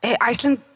Iceland